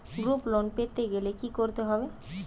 Group loan পেতে গেলে কি করতে হবে?